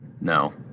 no